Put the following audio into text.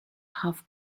half